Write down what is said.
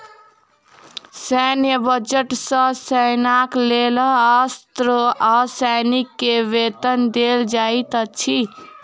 सैन्य बजट सॅ सेनाक लेल अस्त्र आ सैनिक के वेतन देल जाइत अछि